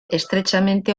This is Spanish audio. estrechamente